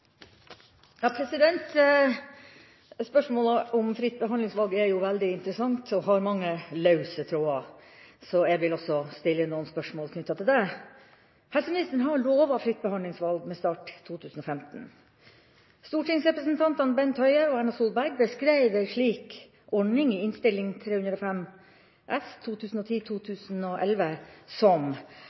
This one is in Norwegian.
Spørsmålet om fritt behandlingsvalg er veldig interessant og har mange løse tråder, så også jeg vil stille et spørsmål knyttet til det: «Helseministeren har lovet «fritt behandlingsvalg» med start 2015. Stortingsrepresentantene Bent Høie og Erna Solberg beskrev en slik ordning i Innst. 305 S